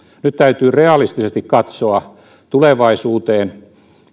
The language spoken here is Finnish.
nyt täytyy realistisesti katsoa tulevaisuuteen